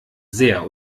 sehr